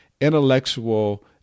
intellectual